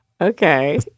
Okay